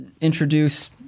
introduce